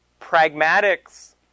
pragmatics